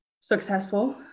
successful